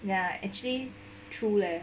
ya actually true leh